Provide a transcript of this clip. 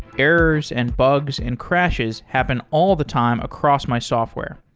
errors, and bugs, and crashes happen all the time across my software.